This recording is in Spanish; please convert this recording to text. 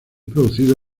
producido